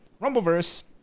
Rumbleverse